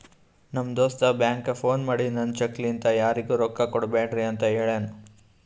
ನಮ್ ದೋಸ್ತ ಬ್ಯಾಂಕ್ಗ ಫೋನ್ ಮಾಡಿ ನಂದ್ ಚೆಕ್ ಲಿಂತಾ ಯಾರಿಗೂ ರೊಕ್ಕಾ ಕೊಡ್ಬ್ಯಾಡ್ರಿ ಅಂತ್ ಹೆಳುನೂ